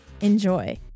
Enjoy